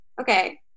Okay